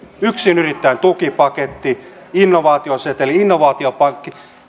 yksinyrittäjän tukipaketti innovaatioseteli innovaatiopankki